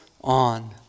on